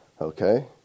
Okay